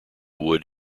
wood